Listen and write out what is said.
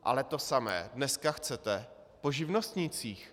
Ale to samé dneska chcete po živnostnících.